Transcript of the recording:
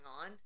on